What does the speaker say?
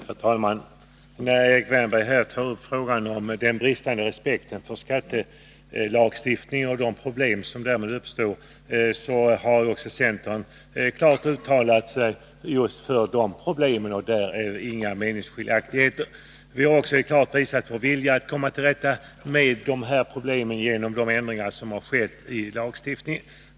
Herr talman! När Erik Wärnberg här tar upp frågan om den bristande respekten för skattelagstiftningen och de problem som därmed uppstår vill jag framhålla att också centern klart uttalat sig just om de problemen, och där råder inga meningsskiljaktigheter. Vi har även klart visat vår vilja att komma till rätta med de här problemen genom de ändringar som har skett i lagstiftningen.